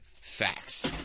facts